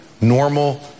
normal